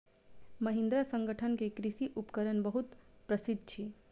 महिंद्रा संगठन के कृषि उपकरण बहुत प्रसिद्ध अछि